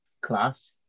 class